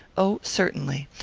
oh, certainly.